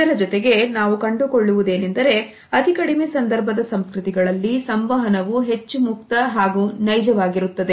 ಇದರ ಜೊತೆಗೆ ನಾವು ಕಂಡುಕೊಳ್ಳುವುದು ಏನೆಂದರೆ ಅತಿ ಕಡಿಮೆ ಸಂದರ್ಭದ ಸಂಸ್ಕೃತಿಗಳಲ್ಲಿ ಸಂವಹನವು ಹೆಚ್ಚು ಮುಕ್ತ ಮತ್ತು ನಿಜವಾಗಿರುತ್ತದೆ